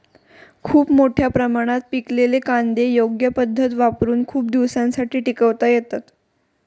खूप मोठ्या प्रमाणात पिकलेले कांदे योग्य पद्धत वापरुन खूप दिवसांसाठी टिकवता येतात